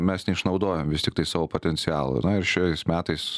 mes neišnaudojam vis tiktai savo potencialo na ir šiais metais